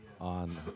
on